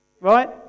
Right